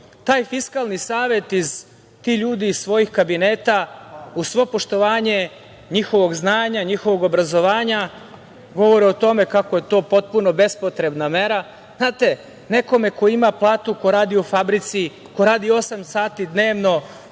taj Fiskalni savet, ti ljudi iz svojih kabineta, a uz svo poštovanje njihovog znanja, njihovog obrazovanja, govore o tome kako je to potpuno bespotrebna mera. Znate, nekome ko ima platu, ko radi u fabrici, ko radi osam sati dnevno,